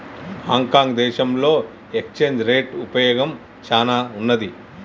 Hong Kong దేశంలో exchange rate ఉపయోగం చానా ఉన్నాది